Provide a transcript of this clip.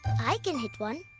i can hit one.